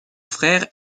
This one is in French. frère